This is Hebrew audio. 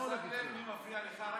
שמת לב מי מפריע לך?